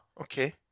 okay